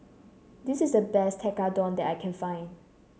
this is the best Tekkadon that I can find